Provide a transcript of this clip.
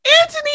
Anthony